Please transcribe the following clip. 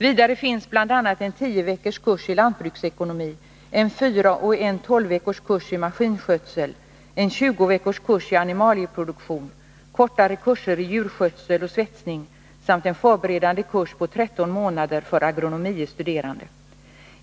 Vidare finns bl.a. en 10 veckors kurs i lantbruksekonomi, en 4 och en 12 veckors kurs i maskinskötsel, en 20 veckors kurs i animalieproduktion, kortare kurser i djurskötsel och svetsning samt en förberedande kurs på 13 månader för agronomie studerande.